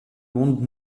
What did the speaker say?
monde